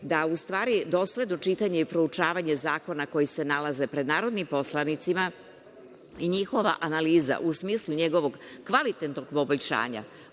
da u stvari dosledno čitanje i proučavanje zakona koji se nalaze pred narodnim poslanicima i njihova analiza, u smislu njegovog kvalitetnog poboljšanja,